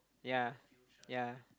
ya